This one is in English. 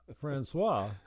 francois